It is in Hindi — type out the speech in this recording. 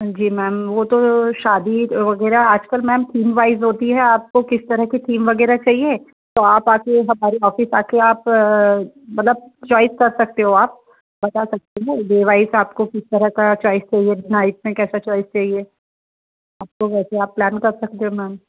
जी मैम वह तो शादी वगैरह आजकल मैम थीमवाइज आपको किस तरह के थीम वगैरह चाहिए तो आप आकर हमारे ऑफिस आकर आप मतलब चॉइस कर सकते हो आप बता सकते हो डिवाइस आपको किस तरह का चॉइस चाहिए नाइट में कैसा चॉइस चाहिए अब तो वैसे आप प्लान कर सकते हो मैम